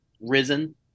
risen